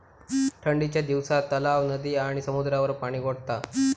ठंडीच्या दिवसात तलाव, नदी आणि समुद्रावर पाणि गोठता